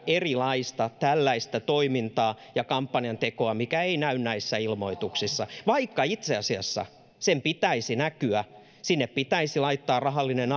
erilaista toimintaa ja kampanjantekoa mikä ei näy näissä ilmoituksissa vaikka itse asiassa pitäisi näkyä sinne pitäisi laittaa rahallinen